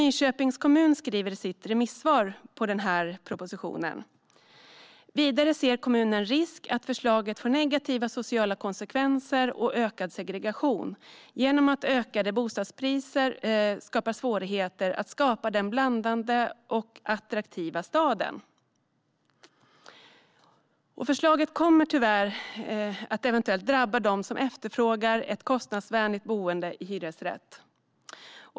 Nyköpings kommun skriver i sitt remissvar på denna proposition att kommunen ser risk att förslaget får negativa sociala konsekvenser och ökad segregation genom att ökade bostadspriser skapar svårigheter att skapa den blandade och attraktiva staden. Förslaget kommer tyvärr att eventuellt drabba dem som efterfrågar ett kostnadsvänligt boende i hyresrätt.